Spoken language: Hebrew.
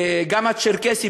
גם הצ'רקסי,